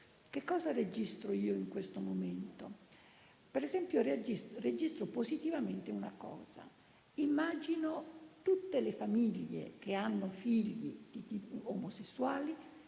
Cosa registro io in questo momento? Registro positivamente una cosa: immagino tutte le famiglie che hanno figli omosessuali